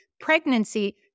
pregnancy